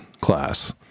class